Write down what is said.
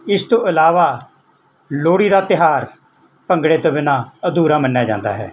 ਇਸ ਤੋਂ ਇਲਾਵਾ ਲੋਹੜੀ ਦਾ ਤਿਉਹਾਰ ਭੰਗੜੇ ਤੋਂ ਬਿਨਾਂ ਅਧੂਰਾ ਮੰਨਿਆ ਜਾਂਦਾ ਹੈ